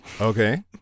Okay